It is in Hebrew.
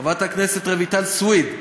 חברת הכנסת רויטל סויד,